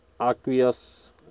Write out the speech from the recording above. aqueous